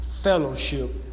fellowship